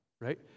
right